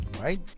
right